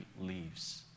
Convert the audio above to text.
leaves